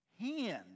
hand